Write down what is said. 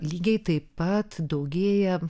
lygiai taip pat daugėja